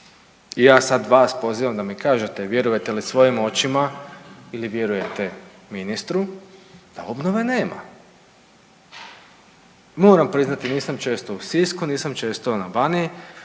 i ja sad vas pozivam da mi kažete vjerujete li svojim očima ili vjerujete ministru da obnove nema. Moram priznati nisam često u Sisku, nisam često na Baniji,